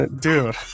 Dude